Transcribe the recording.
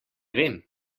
vem